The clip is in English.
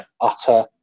utter